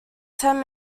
ten